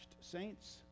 saints